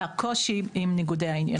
הקושי עם ניגודי העניינים.